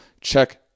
check